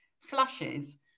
flushes